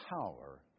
power